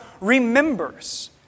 remembers